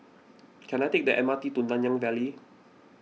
can I take the M R T to Nanyang Valley